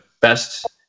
best